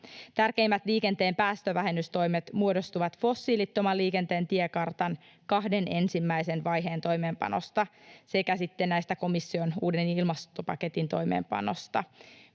Tärkeimmät liikenteen päästövähennystoimet muodostuvat fossiilittoman liikenteen tiekartan kahden ensimmäisen vaiheen toimeenpanosta sekä sitten komission uuden ilmastopaketin toimeenpanosta,